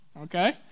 okay